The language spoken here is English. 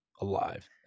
alive